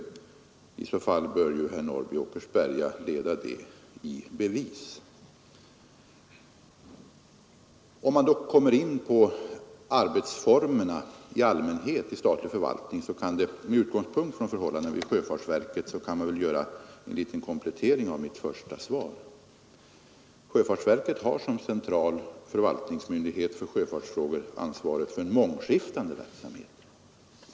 Herr Norrby i Åkersberga måste leda i bevis vad han gör gällande. Om vi då kommer in på arbetsformerna i allmänhet i statlig förvaltning med utgångspunkt i förhållandena vid sjöfartsverket kan jag göra en liten komplettering av mitt första svar. Sjöfartsverket har som central förvaltningsmyndighet för sjöfartsfrågor ansvaret för en mångskiftande verksamhet.